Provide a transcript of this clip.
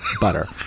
butter